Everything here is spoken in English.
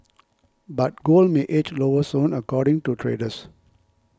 but gold may edge lower soon according to traders